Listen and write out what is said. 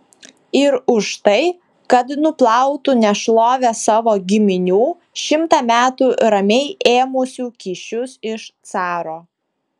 ir už tai kad nuplautų nešlovę savo giminių šimtą metų ramiai ėmusių kyšius iš caro